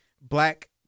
black